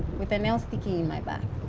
with a nail sticking in my back.